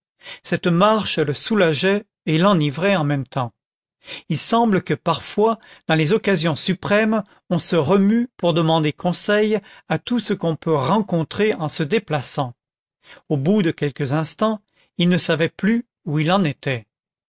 cette marche le soulageait et l'enivrait en même temps il semble que parfois dans les occasions suprêmes on se remue pour demander conseil à tout ce qu'on peut rencontrer en se déplaçant au bout de quelques instants il ne savait plus où il en était